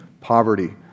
Poverty